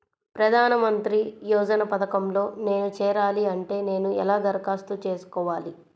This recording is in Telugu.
ప్రధాన మంత్రి యోజన పథకంలో నేను చేరాలి అంటే నేను ఎలా దరఖాస్తు చేసుకోవాలి?